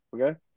okay